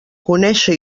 conèixer